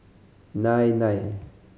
nine nine